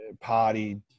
party